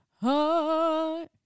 heart